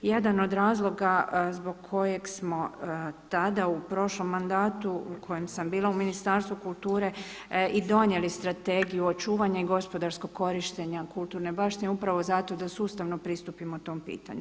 Jedan od razloga zbog kojeg smo tada u prošlom mandatu u kojem sam bila u Ministarstvu kulture i donijeli strategiju očuvanja i gospodarskog korištenja kulturne baštine upravo zato da sustavno pristupimo tom pitanju.